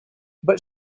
but